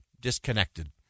disconnected